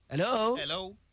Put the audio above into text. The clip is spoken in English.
Hello